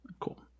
Cool